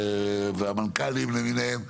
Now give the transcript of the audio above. והמנכ"לים למיניהם.